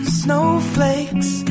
snowflakes